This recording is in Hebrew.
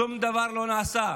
שום דבר לא נעשה.